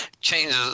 changes